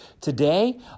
today